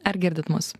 ar girdit mus